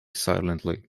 silently